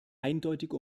eindeutig